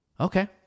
Okay